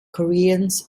koreans